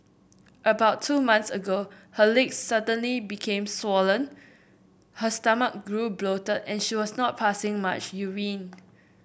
about two months ago her legs suddenly became swollen her stomach grew bloated and she was not passing much urine